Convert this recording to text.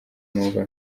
numva